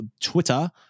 Twitter